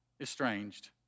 estranged